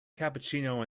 cappuccino